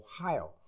Ohio